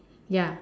ya